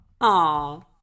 Aw